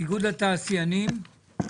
איגוד התעשיינים.